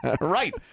Right